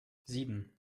sieben